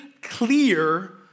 clear